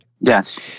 Yes